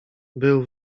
był